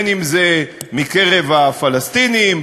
אם מקרב הפלסטינים,